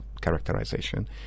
characterization